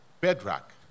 bedrock